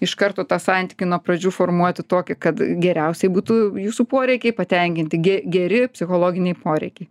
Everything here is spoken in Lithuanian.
iš karto tą santykį nuo pradžių formuoti tokį kad geriausiai būtų jūsų poreikiai patenkinti ge geri psichologiniai poreikiai